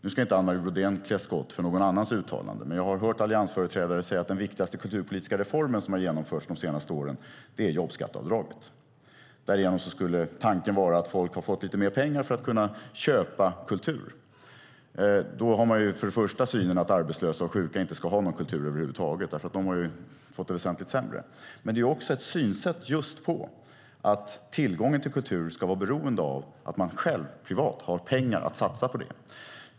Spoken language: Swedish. Nu ska inte Anne Marie Brodén klä skott för någon annans uttalande, men jag har hört alliansföreträdare säga att den viktigaste kulturpolitiska reform som har genomförts de senaste åren är jobbskatteavdraget. Därigenom skulle tanken vara att folk har fått lite mer pengar för att kunna köpa kultur. Då har man först och främst synen att arbetslösa och sjuka inte ska ha någon kultur över huvud taget, för de har ju fått det väsentligt sämre. Men det är också synsättet att just tillgången till kultur ska vara beroende av att man själv, privat har pengar att satsa på det.